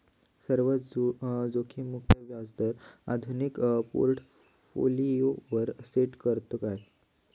सर्व जोखीममुक्त व्याजदर आधुनिक पोर्टफोलियोवर सेट करतत काय?